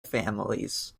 families